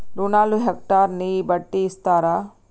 రుణాలు హెక్టర్ ని బట్టి ఇస్తారా?